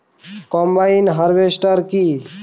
Combine harvester কি?